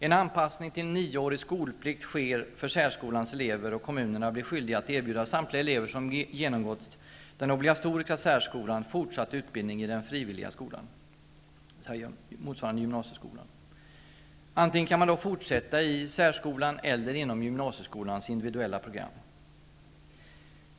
En anpassning till 9-årig skolplikt sker för särskolans elever, och kommunerna blir skyldiga att erbjuda samtliga elever som har genomgått den obligatoriska särskolan fortsatt utbildning i den frivilliga skolan, motsvarande gymnasieskolan. Eleverna kan då antingen fortsätta i särskolan eller inom gymnasieskolans individuella program.